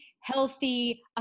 healthy